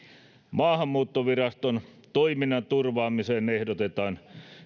maahanmuuttoviraston toiminnan turvaamiseen ehdotetaan